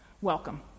Welcome